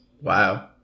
Wow